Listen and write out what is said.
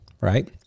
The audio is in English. right